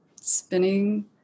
spinning